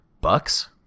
Bucks